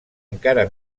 encara